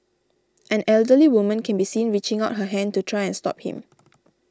an elderly woman can be seen reaching out her hand to try and stop him